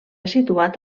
situat